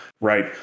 right